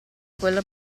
quella